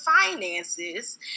finances